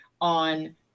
on